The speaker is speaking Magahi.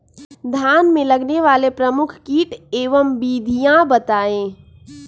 धान में लगने वाले प्रमुख कीट एवं विधियां बताएं?